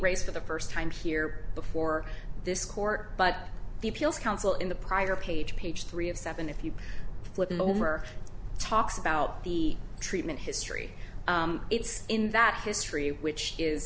raised for the first time here before this court but the peals council in the prior page page three of seven if you flip it over talks about the treatment history it's in that history which is